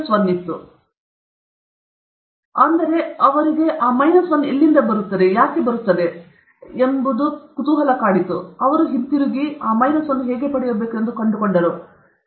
E e ಎಂಬುದು nh mu e ಗೆ ಸಮಾನವಾಗಿರುತ್ತದೆ ಎಂದು ಅವನು ಕಂಡುಹಿಡಿದನು h mu ಗೆ ಸಮಾನವಾಗಿರುತ್ತದೆ e nh mu ಅಥವಾ s ಗೆ nh mu ಗೆ ಸಮಾನವಾಗಿರುತ್ತದೆ ಇಂಧನ ವರ್ಗಾವಣೆಯು h ಮುಯ್ಯುನ ಸೀಮಿತ ಮಲ್ಟಿಪಲ್ಗಳಲ್ಲಿ ಮಾತ್ರ ನಡೆಯಬಹುದು ಅದು nh mu ಆಗಿರಬೇಕು ಅದು n ನ ಪೂರ್ಣಾಂಕವಾಗಿರುತ್ತದೆ